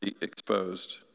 exposed